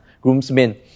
groomsmen